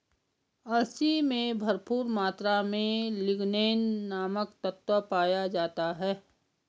अलसी में भरपूर मात्रा में लिगनेन नामक तत्व पाया जाता है